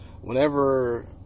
whenever